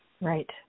Right